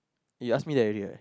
you ask me that already what